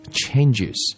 changes